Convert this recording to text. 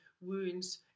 wounds